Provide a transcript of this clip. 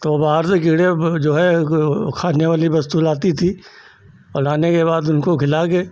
तो बाहर जो कीड़े जो है खाने वाली बच्चे लाती थी और लाने के बाद उनको खिला कर